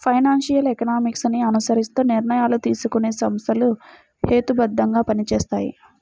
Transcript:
financial economics ని అనుసరిస్తూ నిర్ణయాలు తీసుకునే సంస్థలు హేతుబద్ధంగా పనిచేస్తాయి